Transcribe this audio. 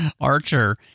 Archer